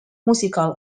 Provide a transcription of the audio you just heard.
musical